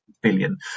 billion